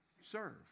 Serve